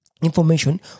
information